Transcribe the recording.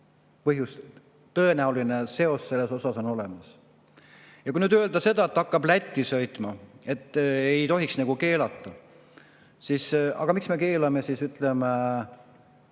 et tõenäoline seos on olemas. Ja kui nüüd öelda seda, et hakkab Lätti sõitma, et ei tohiks nagu keelata, siis aga miks me keelame, ütleme